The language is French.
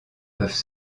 peuvent